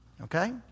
okay